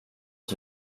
att